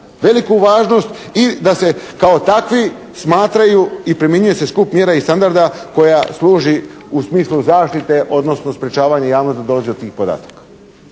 Veliku važnost i da se kao takvi smatraju i primjenjuje se skup mjera i standarda koja služi u smislu zaštite odnosno sprječavanja javnosti da dolazi do tih podataka.